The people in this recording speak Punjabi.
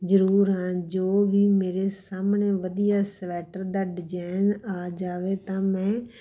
ਜ਼ਰੂਰ ਹਾਂ ਜੋ ਵੀ ਮੇਰੇ ਸਾਹਮਣੇ ਵਧੀਆ ਸਵੈਟਰ ਦਾ ਡਿਜਾਇਨ ਆ ਜਾਵੇ ਤਾਂ ਮੈਂ